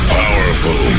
powerful